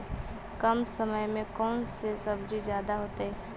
कम समय में कौन से सब्जी ज्यादा होतेई?